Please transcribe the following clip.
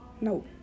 No